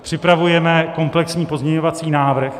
Připravujeme komplexní pozměňovací návrh.